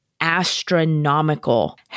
astronomical